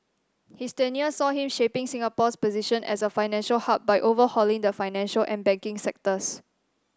his tenure saw him shaping Singapore's position as a financial hub by overhauling the financial and banking sectors